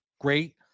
great